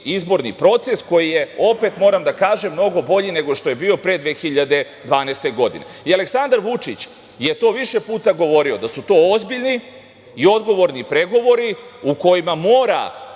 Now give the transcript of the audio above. izborni proces koji je, opet moram da kažem, mnogo bolji nego što je bio pre 2012. godine. Aleksandar Vučić je to više puta govorio, da su to ozbiljni i odgovorni pregovori u kojima mora